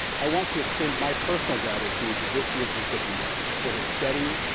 i want to extend my personal gratitude to this year's recipient for his steady,